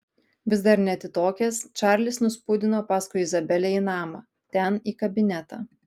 vis dar neatitokęs čarlis nuspūdino paskui izabelę į namą ten į kabinetą